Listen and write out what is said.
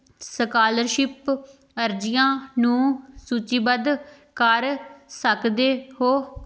scholarship ਅਰਜ਼ੀਆਂ ਨੂੰ ਸੂਚੀਬੱਧ ਕਰ ਸਕਦੇ ਹੋ